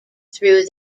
through